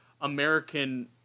American